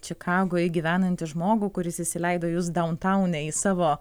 čikagoj gyvenantį žmogų kuris įsileido jus dauntaune į savo